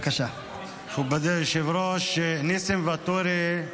מכובדי היושב-ראש, ניסים ואטורי,